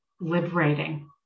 liberating